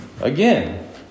Again